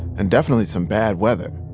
and definitely some bad weather.